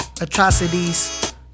Atrocities